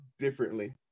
differently